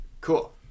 Cool